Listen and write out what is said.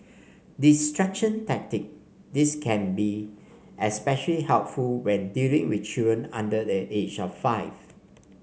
distraction tactic this can be especially helpful when dealing with children under the age of five